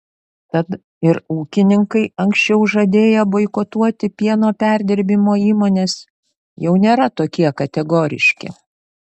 tad ir ūkininkai anksčiau žadėję boikotuoti pieno perdirbimo įmones jau nėra tokie kategoriški